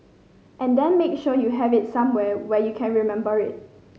and then make sure you have it somewhere where you can remember it